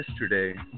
yesterday